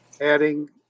adding